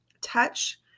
touch